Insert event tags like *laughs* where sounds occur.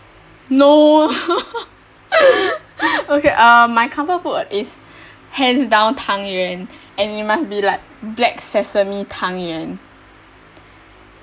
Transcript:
no *laughs* okay uh my comfort food is hands down tang yuan and it must be like black sesame tang yuan